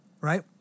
right